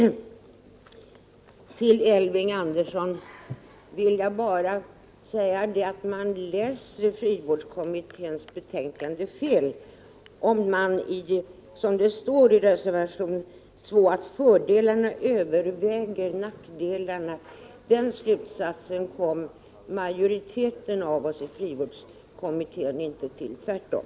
Till Elving Andersson vill jag bara säga att man läser frivårdskommitténs betänkande fel om man, som det sägs i reservation 2, kommer fram till att fördelarna överväger nackdelarna. Den slutsatsen kom majoriteten i frivårdskommittén inte fram till. — tvärtom.